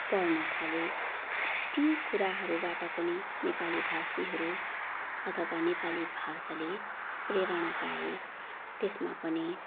पढ्न थाले ती कुराहरूबाट पनि नेपाली भाषीहरू अथवा नेपाली भाषाले प्रेरणा पाए त्यसमा पनि